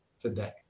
today